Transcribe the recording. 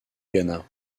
gannat